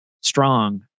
strong